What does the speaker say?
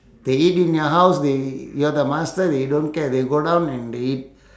they eat in your house they you are the master they don't care they go down and they eat